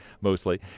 mostly